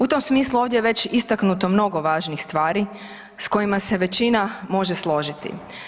U tom smislu ovdje je već istaknuto mnogo važnih stvari s kojima se većina može složiti.